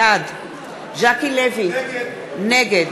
בעד ז'קי לוי, נגד